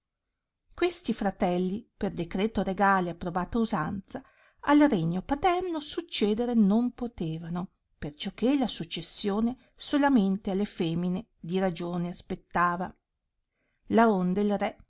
questi fratelli per decreto regale e approbata usanza al regno paterno succedere non potevano perciò che la successione solamente alle femine di ragione aspettava laonde